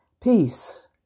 peace